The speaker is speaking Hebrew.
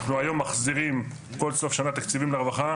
אנחנו היום מחזירים כל סוף שנה תקציבים לרווחה,